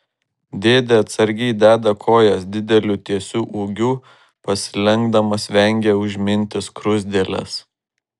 dėdė atsargiai deda kojas dideliu tiesiu ūgiu pasilenkdamas vengia užminti skruzdėles